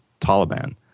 Taliban